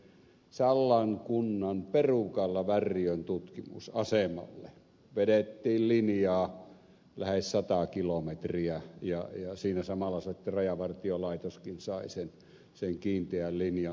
sallan kunnan perukalle värriön tutkimusasemalle vedettiin linjaa lähes sata kilometriä ja siinä samalla sitten rajavartiolaitoskin sai sen kiinteän linjan sinne